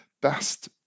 best